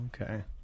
okay